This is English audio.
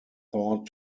thought